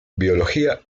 biología